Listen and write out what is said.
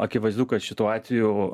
akivaizdu kad šituo atveju